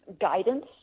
guidance